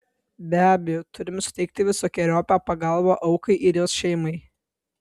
be abejo turime suteikti visokeriopą pagalbą aukai ir jos šeimai